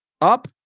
up